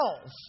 else